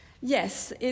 Yes